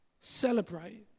Celebrate